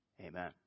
Amen